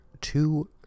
two